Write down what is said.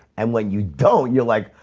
and when you don't you're like,